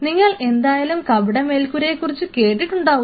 നിങ്ങൾ എന്തായാലും കപട മേൽക്കൂരയെ കുറിച്ച് കേട്ടിട്ടുണ്ടാവും